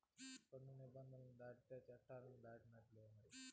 పన్ను నిబంధనలు దాటితే చట్టాలన్ని కాదన్నట్టే మరి